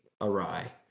awry